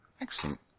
Excellent